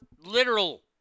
literal